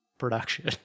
production